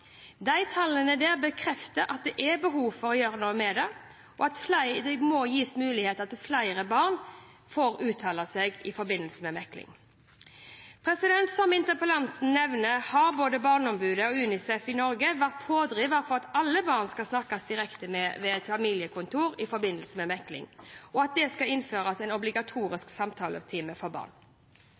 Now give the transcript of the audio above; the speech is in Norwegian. tallene bekrefter at det er behov for å gjøre noe med det, og at flere barn må gis mulighet til å uttale seg i forbindelse med mekling. Som interpellanten nevner, har både Barneombudet og UNICEF Norge vært pådrivere for at alle barn skal snakkes direkte med ved et familievernkontor i forbindelse med mekling, og at det skal innføres en obligatorisk samtaletime for barn.